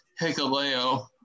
Hikaleo